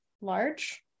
Large